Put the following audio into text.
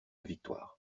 victoire